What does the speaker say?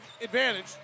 advantage